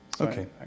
Okay